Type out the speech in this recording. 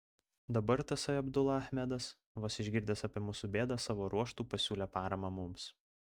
dabar tasai abdula achmedas vos išgirdęs apie mūsų bėdą savo ruožtu pasiūlė paramą mums